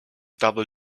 double